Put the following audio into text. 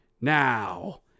now